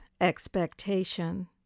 expectation